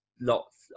lots